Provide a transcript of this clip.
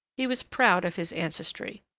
he was proud of his ancestry.